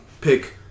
pick